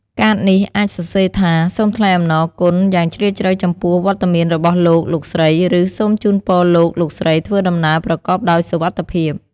កាតនេះអាចសរសេរថា "សូមថ្លែងអំណរគុណយ៉ាងជ្រាលជ្រៅចំពោះវត្តមានរបស់លោក លោកស្រី" ឬ "សូមជូនពរលោក លោកស្រីធ្វើដំណើរប្រកបដោយសុវត្ថិភាព"។